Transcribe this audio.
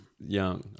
young